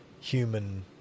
human